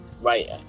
Right